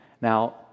Now